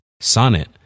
Sonnet